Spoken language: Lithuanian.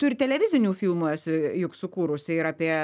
tu ir televizinių filmų esi juk sukūrusi ir apie